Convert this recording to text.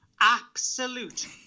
Absolute